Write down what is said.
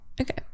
okay